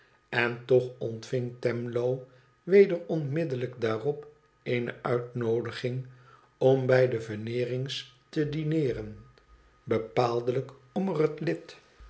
en toch ontving twemlow weder onmiddellijk daarop eene uitnoodiing om bij de veneerings te dineeren bepaaldelijk om er het lid